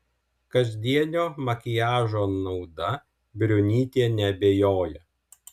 kasdienio makiažo nauda briunytė neabejoja